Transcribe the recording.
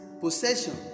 possession